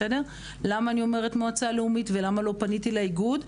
למה פניתי למועצה לאומית ולא פניתי לאיגוד,